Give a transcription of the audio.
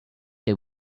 they